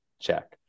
Check